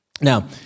Now